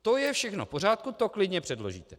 To je všechno v pořádku, to klidně předložíte.